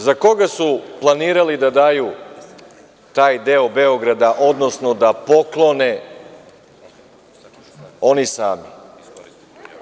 Za koga su planirali da daju taj deo Beograda, odnosno da poklone oni sami?